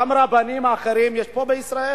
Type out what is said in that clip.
גם רבנים אחרים יש פה בישראל,